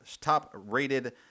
top-rated